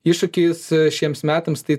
iššūkis šiems metams tai